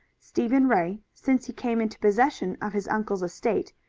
stephen ray, since he came into possession of his uncle's estate,